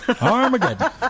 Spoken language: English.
Armageddon